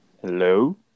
hello